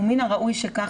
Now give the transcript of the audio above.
ומן הראוי שכך,